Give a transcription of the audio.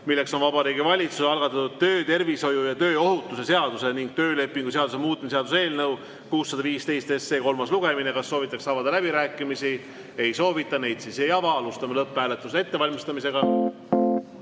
milleks on Vabariigi Valitsuse algatatud töötervishoiu ja tööohutuse seaduse ning töölepingu seaduse muutmise seaduse eelnõu 615 kolmas lugemine. Kas soovitakse avada läbirääkimisi? Ei soovita. Neid siis ei ava. Alustame lõpphääletuse ettevalmistamist.